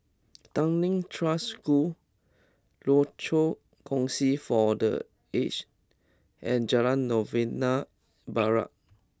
Tanglin Trust School Rochor Kongsi for the Aged and Jalan Novena Barat